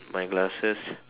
my glasses